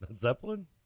Zeppelin